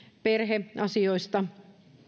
perheasioista